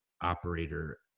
operator